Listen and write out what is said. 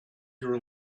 your